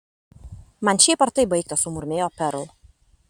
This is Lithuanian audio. man šiaip ar taip baigta sumurmėjo perl